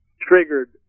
triggered